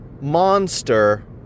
monster